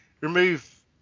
remove